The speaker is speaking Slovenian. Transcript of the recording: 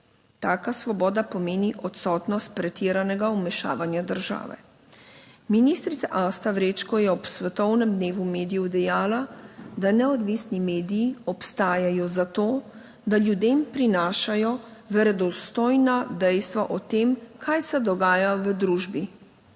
Taka svoboda pomeni odsotnost pretiranega vmešavanja države. Ministrica Asta Vrečko je ob Svetovnem dnevu medijev dejala, da neodvisni mediji obstajajo za to, da ljudem prinašajo verodostojna dejstva o tem, kaj se dogaja v družbi,